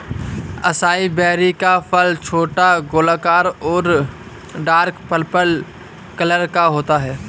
acai berry का फल छोटा, गोलाकार और डार्क पर्पल कलर का होता है